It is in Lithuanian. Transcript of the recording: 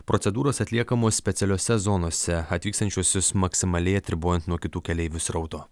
procedūros atliekamos specialiose zonose atvykstančiuosius maksimaliai atribojant nuo kitų keleivių srauto